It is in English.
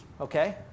okay